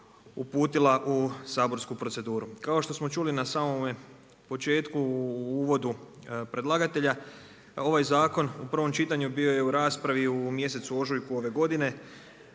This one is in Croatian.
uputila u saborsku proceduru. Kao što smo čuli na samome početku u uvodu predlagatelja ovaj zakon u prvom čitanju bio je u raspravi u mjesecu ožujku ove godine.